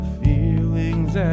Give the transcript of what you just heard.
feelings